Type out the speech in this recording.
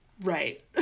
Right